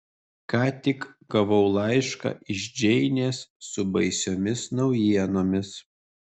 ką tik gavau laišką iš džeinės su baisiomis naujienomis